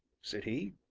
said he.